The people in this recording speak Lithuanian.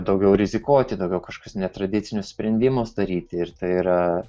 daugiau rizikuoti tokio kažkas netradicinius sprendimus daryti ir tai yra